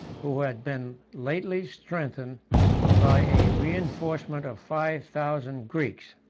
who had been lately strengthened by a reenforcement of five thousand greeks.